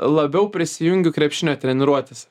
labiau prisijungiu krepšinio treniruotėse